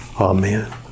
Amen